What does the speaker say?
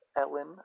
Ellen